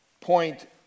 point